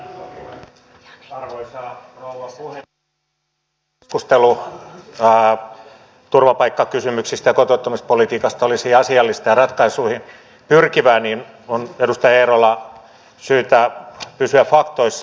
jotta tämä keskustelu turvapaikkakysymyksestä ja kotouttamispolitiikasta olisi asiallista ja ratkaisuihin pyrkivää niin on edustaja eerola syytä pysyä faktoissa